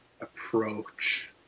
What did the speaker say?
approach